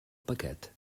paquet